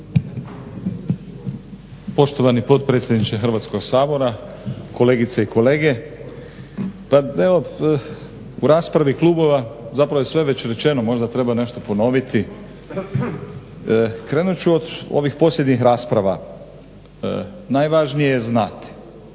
Poštovani potpredsjedniče Hrvatskog sabora, kolegice i kolege. Pa evo u raspravi klubova zapravo je sve već rečeno, možda treba nešto ponoviti. Krenut ću od ovih posebnih rasprava. Najvažnije je znati